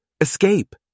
Escape